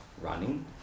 running